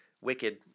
wicked